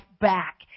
back